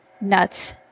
nuts